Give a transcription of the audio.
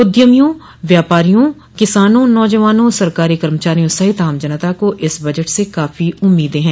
उद्यमियों व्यापारियों किसानों नौजवानों सरकारी कर्मचारियों सहित आम जनता को इस बजट से काफी उम्मीदें हैं